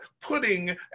putting